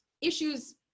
issues